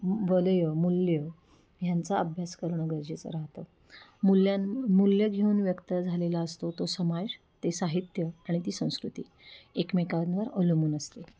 वलयं मूल्यं ह्यांचा अभ्यास करणं गरजेचं राहतं मूल्यां मूल्य घेऊन व्यक्त झालेला असतो तो समाज ते साहित्य आणि ती संस्कृती एकमेकांवर अवलंबून असते